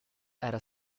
era